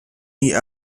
the